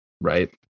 right